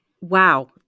wow